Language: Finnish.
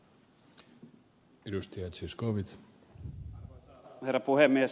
arvoisa herra puhemies